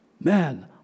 Man